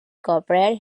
corporate